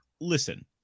listen